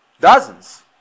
dozens